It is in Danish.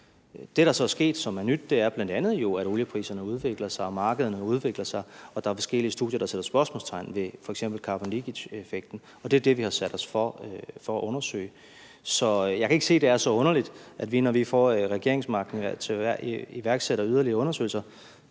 Det, der så er sket, som er nyt, er jo bl.a., at oliepriserne udvikler sig, og at markederne udvikler sig, og at der er forskellige studier, der sætter spørgsmålstegn ved f.eks. carbon leakage-effekten, og det er jo det, som vi har sat os for at undersøge. Så jeg kan ikke se, at det er så underligt, at vi, når vi får regeringsmagten, iværksætter yderligere undersøgelser.